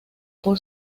por